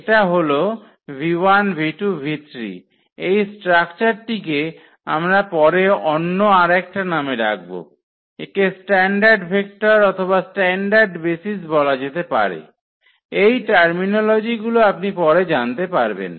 এটা হল এই স্ট্রাকচার টিকে আমরা পরে অন্য আর একটা নামে ডাকব একে স্ট্যান্ডার্ড ভেক্টর অথবা স্ট্যান্ডার্ড বেসিস বলা যেতে পারে এই টার্মিনোলজিগুলো আপনি পরে জানতে পারবেন